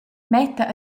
metta